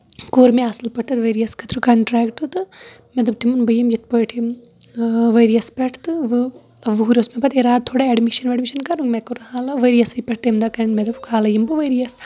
کوٚر مےٚ اَصٕل پٲٹھۍ ؤرۍ یَس خٲطرٕ کَنٹریکٹ تہٕ مےٚ دوٚپ تِمن بہٕ یِمہٕ یِتھ پٲٹھۍ ؤرۍ یَس پٮ۪ٹھ تہٕ یہِ وُہُر اوس مےٚ پَتہٕ اِرادٕ تھوڑا ایڈمِشن ویڈمِشن کَرُن مےٚ کوٚر حالہ ؤرۍ یَسٕے پٮ۪ٹھ تَمہِ دۄہ مےٚ دوٚپ حالہ یِمہٕ بہٕ ؤرۍ یَس